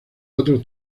otros